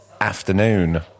afternoon